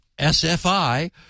SFI